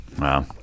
Wow